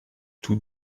tous